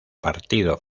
partido